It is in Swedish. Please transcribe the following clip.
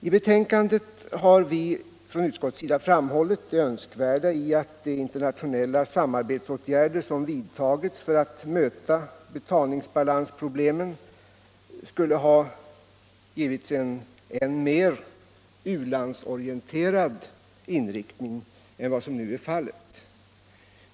I betänkandet har vi från utskottets sida framhållit det önskvärda i att de internationella samarbetsåtgärder som vidtagits för att möta betalningsbalansproblemen skulle ha givits en än mer u-landsorienterad inriktning än vad som nu är fallet.